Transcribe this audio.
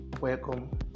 Welcome